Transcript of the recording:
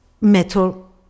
metal